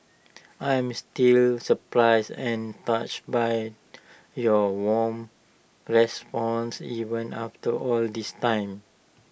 I'm still surprised and touched by your warm responses even after all this time